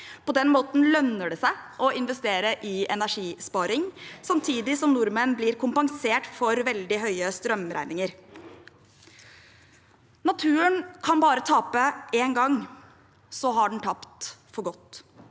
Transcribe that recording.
På den måten lønner det seg å investere i energisparing, samtidig som nordmenn blir kompensert for veldig høye strømregninger. Naturen kan bare tape én gang, så har den tapt for godt.